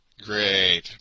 Great